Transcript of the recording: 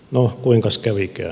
no kuinkas kävikään